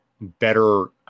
better